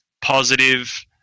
positive